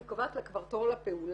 אני קובעת לה כבר תור לפעולה